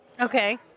Okay